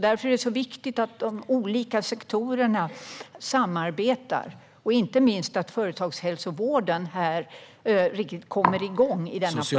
Därför är det viktigt att de olika sektorerna samarbetar, och inte minst att företagshälsovården riktigt kommer igång i denna fråga.